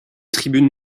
tribunes